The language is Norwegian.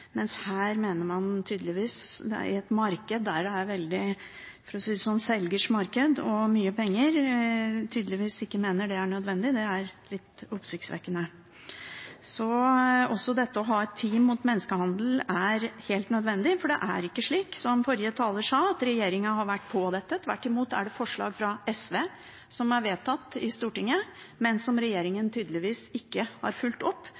der det er mye penger – mener man tydeligvis ikke det er nødvendig. Det er litt oppsiktsvekkende. Det å ha et team mot menneskehandel er helt nødvendig, for det er ikke slik som forrige taler sa, at regjeringen har vært på dette. Tvert imot er det i Stortinget vedtatt forslag fra SV, som regjeringen tydeligvis ikke har fulgt opp, og vi venter også på en ny handlingsplan mot menneskehandel, som statsråden om igjen og om igjen har